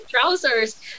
trousers